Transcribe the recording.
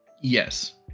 Yes